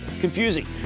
confusing